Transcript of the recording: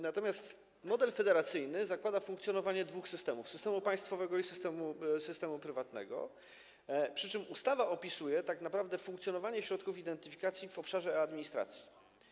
Natomiast model federacyjny zakłada funkcjonowanie dwóch systemów: systemu państwowego i systemu prywatnego, przy czym ustawa opisuje tak naprawdę funkcjonowanie środków identyfikacji w obszarze administracji.